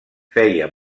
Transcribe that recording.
feia